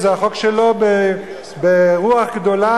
וזה החוק שלו ברוח גדולה,